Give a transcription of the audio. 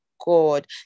god